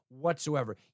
whatsoever